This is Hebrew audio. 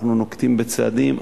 אנחנו נוקטים צעדים,